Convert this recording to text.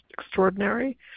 extraordinary